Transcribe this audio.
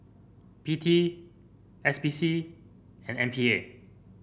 P T S P C and M P A